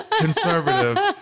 conservative